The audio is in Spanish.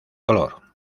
color